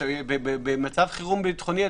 במצב חירום בטחוני,